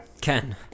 Ken